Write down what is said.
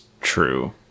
true